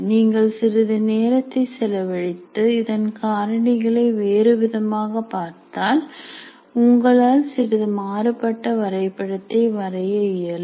நீங்கள் சிறிது நேரத்தை செலவழித்து இதன் காரணிகளை வேறு விதமாக பார்த்தால் உங்களால் சிறிது மாறுபட்ட வரைபடத்தை வரைய இயலும்